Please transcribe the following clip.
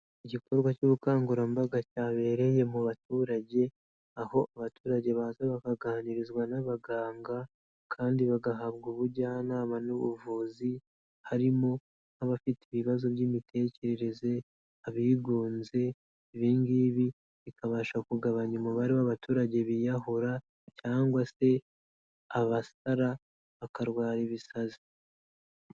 Igikorwa cy'ubukangurambaga cyabereye mu baturage, aho abaturage baza bakaganirizwa n'abaganga kandi bagahabwa ubujyanama n'ubuvuzi harimo n'abafite ibibazo by'imitekerereze, abigunze, ibi ngibi bikabasha kugabanya umubare w'abaturage biyahura cyangwa se abasara bakarwara ibisazi.